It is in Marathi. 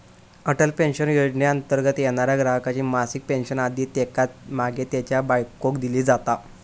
अटल पेन्शन योजनेंतर्गत येणाऱ्या ग्राहकाची मासिक पेन्शन आधी त्येका मागे त्येच्या बायकोक दिली जाता